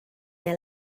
neu